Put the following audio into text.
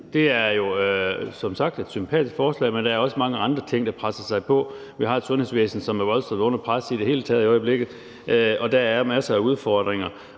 her er jo som sagt et sympatisk forslag, men der er også mange andre ting, der presser sig på. Vi har et sundhedsvæsen, som i det hele taget er voldsomt under pres i øjeblikket, og der er masser af udfordringer.